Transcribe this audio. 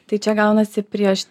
tai čia gaunasi prieš